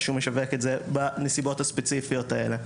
שהוא משווק את זה בנסיבות הספציפיות האלה.